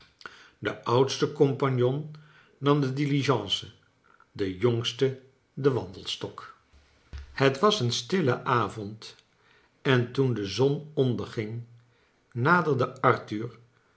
de oudste compagnon nam de diligence de jongste den wandelstok t was een stille avond en toen de zon onderging naderde arthur